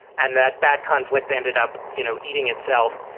and that that conflict ended up, you know, eating itself.